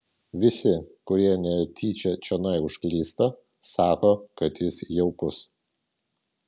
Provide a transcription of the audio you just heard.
visi kurie netyčia čionai užklysta sako kad jis jaukus